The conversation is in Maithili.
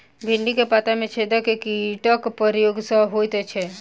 भिन्डी केँ पत्ता मे छेद केँ कीटक प्रकोप सऽ होइ छै?